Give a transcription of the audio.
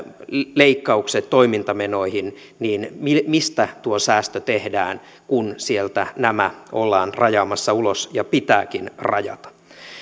leikkaukset toimintamenoihin niin mistä tuo säästö tehdään kun sieltä nämä ollaan rajaamassa ulos ja pitääkin rajata